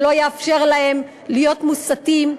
שלא יאפשר להם להיות מוסתים,